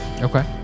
Okay